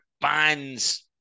bands